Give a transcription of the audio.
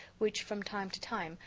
which, from time to time,